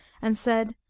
and said,